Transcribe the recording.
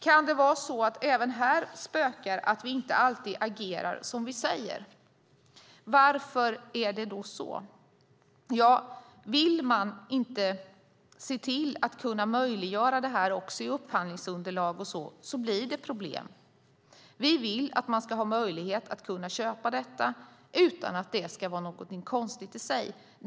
Kan det vara så att även här spökar det faktum att vi inte alltid agerar som vi säger? Varför är det i så fall så? Om man inte vill möjliggöra detta i upphandlingsunderlag och annat blir det problem. Vi vill att det ska finnas möjlighet att köpa dessa produkter utan att det är någonting konstigt i sig.